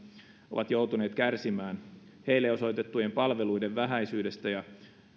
ovat joutuneet kärsimään heille osoitettujen palveluiden vähäisyydestä ja